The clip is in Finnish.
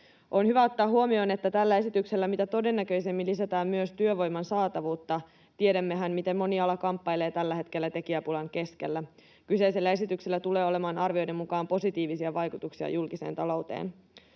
On hyvä ottaa huomioon, että tällä esityksellä mitä todennäköisimmin lisätään myös työvoiman saatavuutta — tiedämmehän, miten moni ala kamppailee tällä hetkellä tekijäpulan keskellä. Kyseisellä esityksellä tulee olemaan arvioiden mukaan positiivisia vaikutuksia julkiseen talouteen.